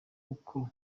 uko